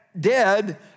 dead